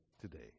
today